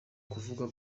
kuvuga